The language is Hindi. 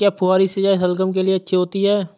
क्या फुहारी सिंचाई शलगम के लिए अच्छी होती है?